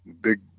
Big